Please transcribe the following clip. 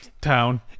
town